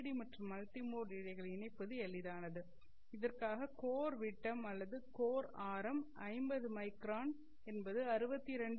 D மற்றும் multimode இழைகளை இணைப்பது எளிதானது இதற்காக கோர் விட்டம் அல்லது கோர் ஆரம் 50 மைக்ரான் என்பது 62